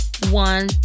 one